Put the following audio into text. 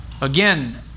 Again